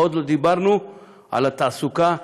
ועוד לא דיברנו על התעסוקה,